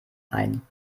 ein